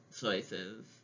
choices